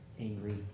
angry